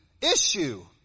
issue